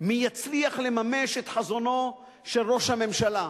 מי יצליח לממש את חזונו של ראש הממשלה.